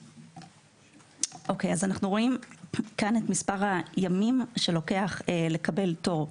אנחנו רואים כאן את מספר הימים שלוקח לקבל תור.